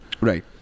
Right